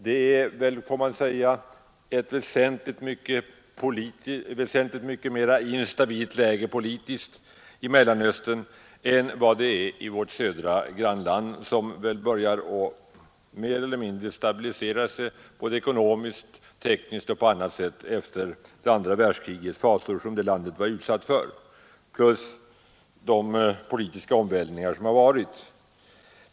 Det är ett politiskt mer instabilt läge i Mellanöstern än i vårt södra grannland, som börjar att mer eller mindre stabilisera sig både ekonomiskt, tekniskt och på annat sätt efter det andra världskrigets fasor som det landet var utsatt för — plus de politiska omvälvningar som ägt rum.